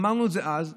אמרנו את זה אז,